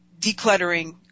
decluttering